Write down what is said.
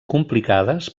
complicades